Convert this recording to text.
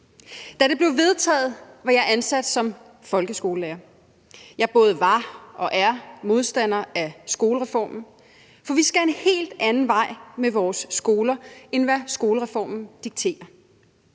Da det blev vedtaget, var jeg ansat som folkeskolelærer, og jeg både var og er modstander af skolereformen, for vi skal en helt anden vej med vores skoler, end hvad skolereformen dikterer.